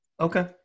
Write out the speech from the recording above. Okay